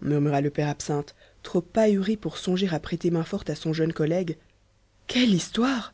murmura le père absinthe trop ahuri pour songer à prêter main forte à son jeune collègue quelle histoire